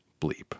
bleep